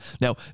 Now